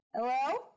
Hello